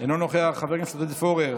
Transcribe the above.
אינו נוכח, חבר הכנסת עודד פורר,